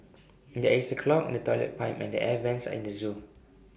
there is A clog in the Toilet Pipe and the air Vents at the Zoo